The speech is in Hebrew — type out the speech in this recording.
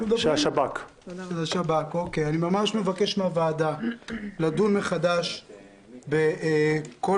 אני ממש מבקש מן הוועדה לדון מחדש בכל